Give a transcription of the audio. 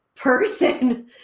person